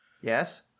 Yes